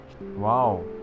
Wow